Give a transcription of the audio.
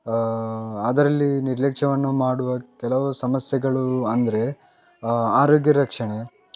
ಅದರಲ್ಲಿ ನಿರ್ಲಕ್ಷ್ಯವನ್ನು ಮಾಡುವ ಕೆಲವು ಸಮಸ್ಯೆಗಳು ಅಂದರೆ ಆರೋಗ್ಯ ರಕ್ಷಣೆ